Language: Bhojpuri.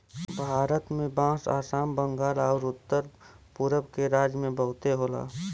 भारत में बांस आसाम, बंगाल आउर उत्तर पुरब के राज्य में बहुते होला